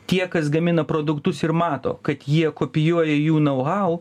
tie kas gamina produktus ir mato kad jie kopijuoja jų nau hau